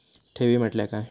ठेवी म्हटल्या काय?